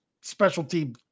specialty